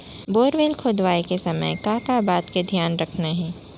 Borewell खोदवाए के समय का का बात के धियान रखना हे?